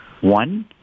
One